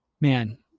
man